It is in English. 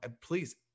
please